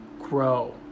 grow